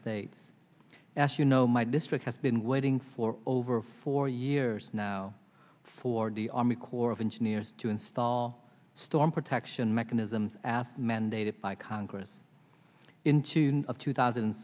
states as you know my district has been waiting for over four years now for the army corps of engineers to install storm protection mechanisms aff mandated by congress in tune of two thousand